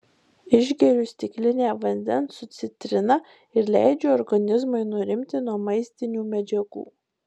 išgeriu stiklinę vandens su citrina ir leidžiu organizmui nurimti nuo maistinių medžiagų